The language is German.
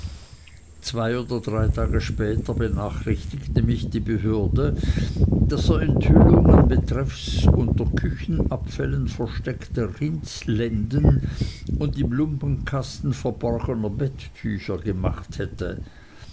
zwei oder drei tage später benachrichtigte mich die behörde daß er enthüllungen betreffs unter küchenabfällen versteckter rindslenden und im lumpenkasten verborgner bettücher gemacht hätte